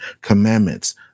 commandments